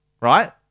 right